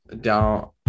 Down